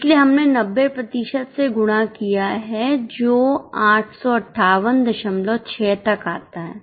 इसलिए हमने 90 प्रतिशत से गुणा किया है जो 8586 तक आता है